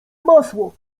masło